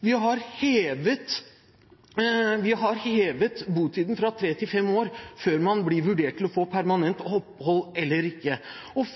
Vi har hevet botiden fra tre til fem år før man blir vurdert til å få permanent opphold eller ikke.